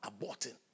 Aborting